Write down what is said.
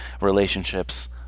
relationships